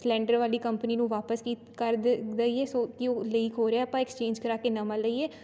cylinder ਵਾਲੀ company ਨੂੰ ਵਾਪਸ ਕੀਤ ਕਰ ਦ ਦਈਏ ਸੋ ਕਿ ਉਹ ਲੀਕ ਹੋ ਰਿਹਾ ਆਪਾਂ ਐਕਸਚੇਂਜ ਕਰਾ ਕੇ ਨਵਾਂ ਲਈਏ